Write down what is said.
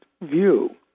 view